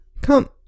come